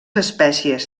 espècies